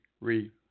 re